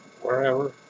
wherever